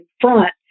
front